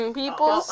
people